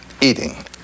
eating